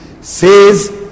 says